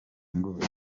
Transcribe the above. ngo